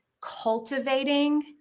cultivating